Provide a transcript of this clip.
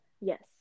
Yes